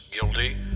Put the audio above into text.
guilty